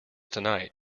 tonight